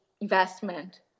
investment